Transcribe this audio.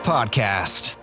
Podcast